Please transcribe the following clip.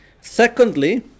Secondly